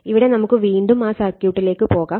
ഇവിടെ നമുക്ക് വീണ്ടും ആ സർക്യൂട്ടിലേക്ക് പോകാം